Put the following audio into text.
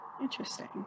interesting